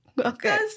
Okay